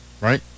Right